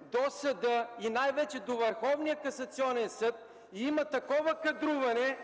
до съда и най-вече до Върховния касационен съд и има такова кадруване...